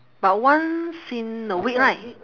about once in a week right